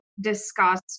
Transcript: discuss